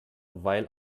weil